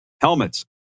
helmets